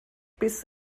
biss